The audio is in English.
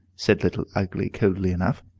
said little ugly, coldly enough.